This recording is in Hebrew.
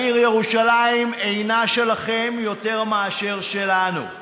העיר ירושלים אינה שלכם יותר מאשר שלנו.